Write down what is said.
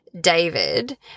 David